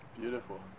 Beautiful